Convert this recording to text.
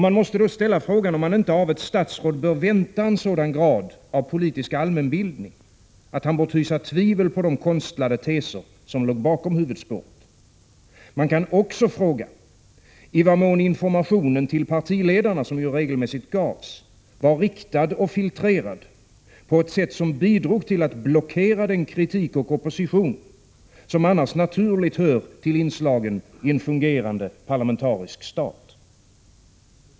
Man måste ställa frågan om man inte av ett statsråd bör kunna kräva en sådan grad av politisk allmänbildning att han bort hysa tvivel om de konstlade teser som låg bakom huvudspåret. Man kan också fråga i vad mån den information som regelmässigt gavs till partiledarna var riktad och filtrerad på ett sätt, som bidrog till att blockera den kritik och opposition som annars naturligt hör till inslagen i en fungerande parlamentarisk stat.